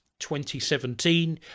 2017